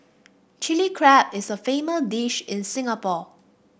Chilli Crab is a famous dish in Singapore